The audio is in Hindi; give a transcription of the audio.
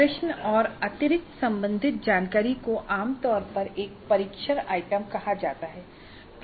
प्रश्न और अतिरिक्त संबंधित जानकारी को आम तौर पर एक परीक्षण आइटम कहा जाता है